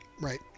Right